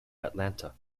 atlanta